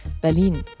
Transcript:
Berlin